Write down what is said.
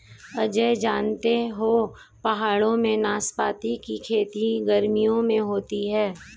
अजय जानते हो पहाड़ों में नाशपाती की खेती गर्मियों में होती है